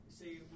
see